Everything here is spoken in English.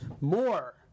More